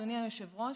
אדוני היושב-ראש,